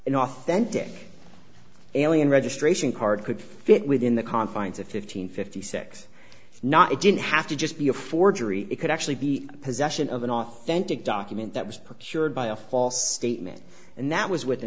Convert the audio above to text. authentic alien registration card could fit within the confines of fifteen fifty six not it didn't have to just be a forgery it could actually be a possession of an authentic document that was procured by a false statement and that was with